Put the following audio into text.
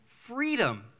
freedom